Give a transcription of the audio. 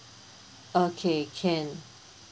okay can